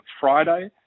Friday